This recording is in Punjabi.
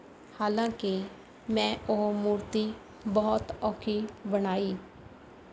ਹਾਲਾਂਕਿ ਕਿ ਮੈਂ ਉਹ ਮੂਰਤੀ ਬਹੁਤ ਔਖੀ ਬਣਾਈ